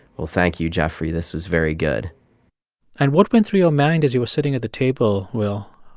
well, thank you jeffrey, this was very good and what went through your mind as you were sitting at the table, will,